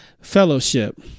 Fellowship